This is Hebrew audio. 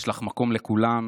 שיש לך מקום לכולם,